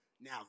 Now